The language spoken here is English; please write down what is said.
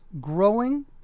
growing